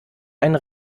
einen